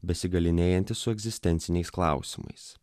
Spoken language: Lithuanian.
besigalynėjantį su egzistenciniais klausimais